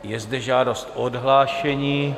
Je zde žádost o odhlášení.